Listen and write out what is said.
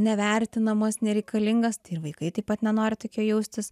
nevertinamas nereikalingas ir vaikai taip pat nenori tokie jaustis